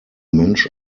mensch